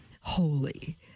holy